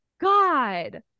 God